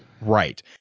Right